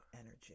energy